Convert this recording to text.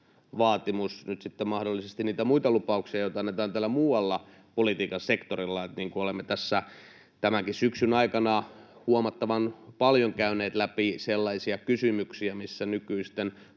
vaatimus nyt sitten mahdollisesti niitä muita lupauksia, joita annetaan täällä muualla politiikan sektorilla. Olemme tässä tämänkin syksyn aikana huomattavan paljon käyneet läpi sellaisia kysymyksiä, missä nykyisten